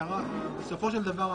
בסופו של דבר,